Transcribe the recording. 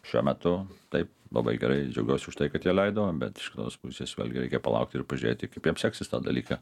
šiuo metu taip labai gerai džiaugiuosi už tai kad jie leido bet iš kitos pusės vėlgi reikia palaukti ir pažiūrėti kaip seksis tą dalyką